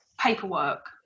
paperwork